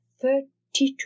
Thirty-two